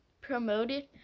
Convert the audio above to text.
promoted